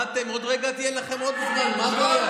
מה אתם, עוד רגע יהיה לכם עוד זמן, מה הבעיה?